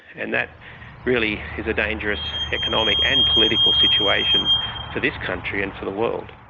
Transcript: and that really is a dangerous economic and political situation for this country and for the world.